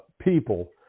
people